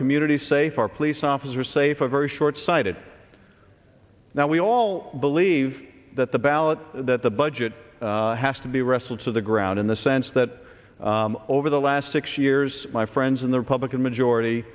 communities safe our police officer safe a very shortsighted now we all believe that the ballot that the budget has to be wrestled to the ground in the sense that over the last six years my friends in the republican majority